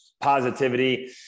positivity